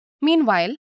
Meanwhile